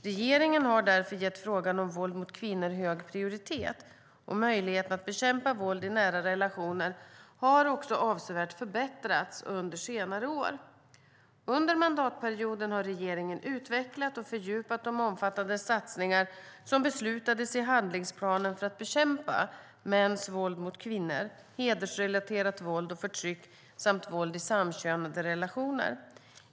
Regeringen har därför gett frågan om våld mot kvinnor hög prioritet, och möjligheterna att bekämpa våld i nära relationer har också avsevärt förbättrats under senare år. Under mandatperioden har regeringen utvecklat och fördjupat de omfattande satsningar som beslutades i handlingsplanen för att bekämpa mäns våld mot kvinnor, hedersrelaterat våld och förtryck samt våld i samkönade relationer.